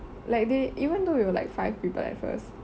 like they even though we were like five people at first